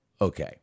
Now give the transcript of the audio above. Okay